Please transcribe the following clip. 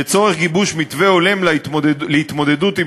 לצורך גיבוש מתווה הולם להתמודדות עם